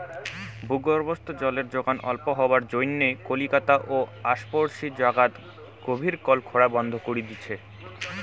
ভূগর্ভস্থ জলের যোগন অল্প হবার জইন্যে কলিকাতা ও আশপরশী জাগাত গভীর কল খোরা বন্ধ করি দিচে